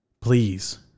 Please